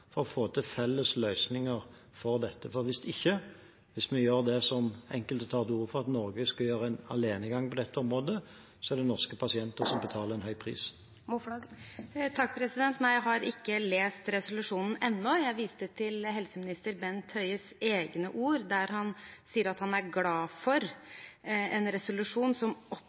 for å få til felles løsninger for dette. For hvis ikke – hvis vi gjør det som enkelte tar til orde for at Norge skal gjøre alene på dette området – er det norske pasienter som må betale en høy pris. Nei, jeg har ikke lest resolusjonen ennå. Jeg viste til helseminister Bent Høies egne ord, der han sier han er glad for en resolusjon som